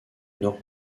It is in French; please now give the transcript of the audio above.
nord